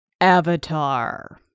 Avatar